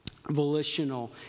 Volitional